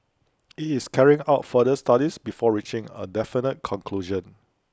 IT is carrying out further studies before reaching A definite conclusion